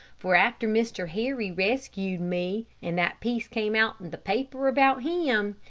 for after mr. harry rescued me, and that piece came out in the paper about him,